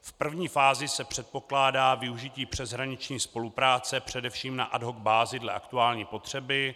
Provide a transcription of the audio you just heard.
V první fázi se předpokládá využití přeshraniční spolupráce především na ad hoc bázi dle aktuální potřeby.